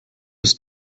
ist